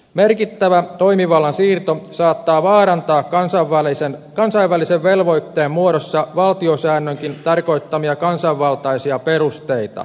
merkittävä toimivallan siirto saattaa vaarantaa kansainvälisen velvoitteen muodossa valtiosäännönkin tarkoittamia kansanvaltaisia perusteita